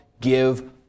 give